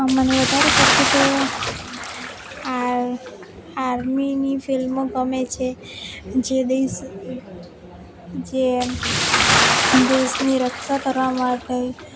આમ મને વધારે કરતી તો આ આર્મીની ફિલ્મો ગમે છે જે દેશ જે દેશની રક્ષા કરવા માટે